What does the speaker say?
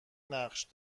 نقش